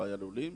לא היו לולים?